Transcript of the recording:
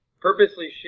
Purposely